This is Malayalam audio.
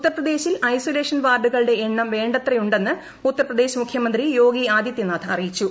ഉത്തർപ്രദേശിൽ ഐസൊലേഷൻ വാർഡുകളുടെ എണ്ണം വേത്രയുന്നെ് ഉത്തർപ്രദേശ് മുഖ്യമന്ത്രി യോഗി ആദിത്യനാഥ് അറിയിച്ചു